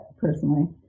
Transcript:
personally